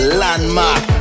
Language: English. landmark